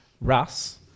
Russ